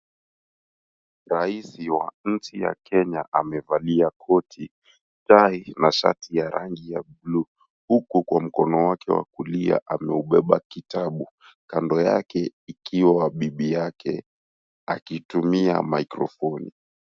Rais wa nchi ya Kenya amevalia koti, tai, na shati ya rangi ya buluu, huku kwa mkono wake wa kulia ameubeba kitabu. Kando yake ikiwa bibi yake akitumia microphone .